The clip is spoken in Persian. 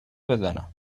بزنم